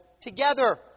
together